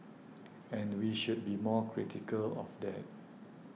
and we should be more critical of that